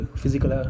physical